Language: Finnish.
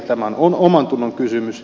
tämä on omantunnon kysymys